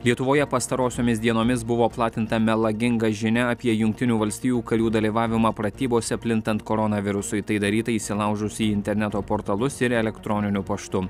lietuvoje pastarosiomis dienomis buvo platinta melaginga žinia apie jungtinių valstijų karių dalyvavimą pratybose plintant koronavirusui tai daryta įsilaužus į interneto portalus ir elektroniniu paštu